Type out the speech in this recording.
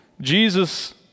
Jesus